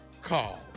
call